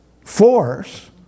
force